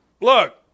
look